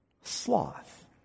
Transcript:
Sloth